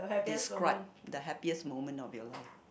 describe the happiest moment of your life